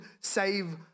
save